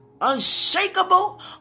unshakable